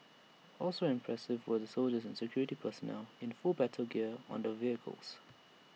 also impressive were the soldiers and security personnel in full battle gear on the vehicles